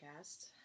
Podcast